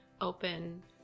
open